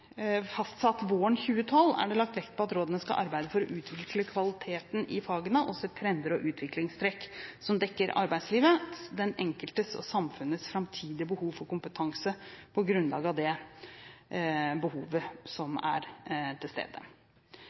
fastsatt våren 2012, er det lagt vekt på at rådene skal arbeide for å utvikle kvaliteten i fagene og se trender og utviklingstrekk som dekker arbeidslivets, den enkeltes og samfunnets framtidige behov for kompetanse, på grunnlag av det behovet som er til stede.